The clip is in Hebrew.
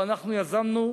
לא אנחנו יזמנו.